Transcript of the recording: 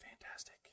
Fantastic